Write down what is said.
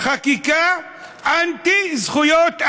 חקיקה אנטי-זכויות אדם.